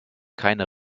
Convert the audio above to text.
keine